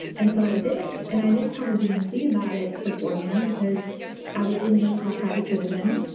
and so i did, and i didn't tell the dnc about it beforehand, because i was doing this is a private citizen.